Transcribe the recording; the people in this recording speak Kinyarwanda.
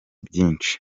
byinshi